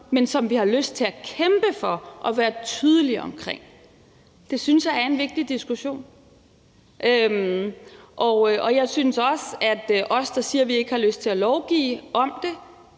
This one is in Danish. men som vi har lyst til at kæmpe for og være tydelige omkring? Jeg synes også, at os, der siger, at vi ikke har lyst til at lovgive om det